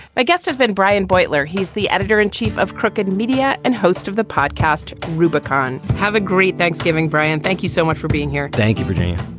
my guest has been brian beutler. he's the editor in chief of crooked media and host of the podcast rubicon. have a great thanksgiving, brian. thank you so much for being here thank you for.